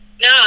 No